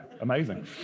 amazing